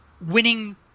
winning